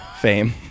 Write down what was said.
fame